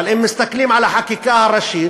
אבל אם מסתכלים על החקיקה הראשית,